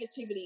negativity